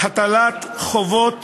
הטלת חובות